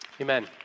amen